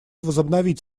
возобновить